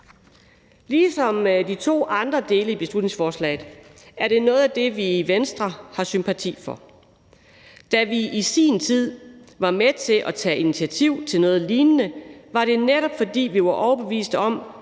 Ligesom de to andre dele i beslutningsforslaget er det noget af det, vi i Venstre har sympati for. Da vi i sin tid var med til at tage initiativ til noget lignende, var det netop, fordi vi var overbevist om,